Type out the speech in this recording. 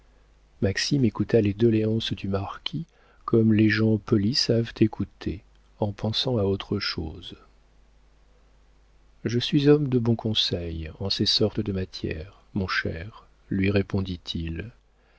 écouta les doléances du marquis comme les gens polis savent écouter en pensant à autre chose je suis homme de bon conseil en ces sortes de matières mon cher lui répondit-il